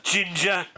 Ginger